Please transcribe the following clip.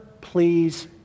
please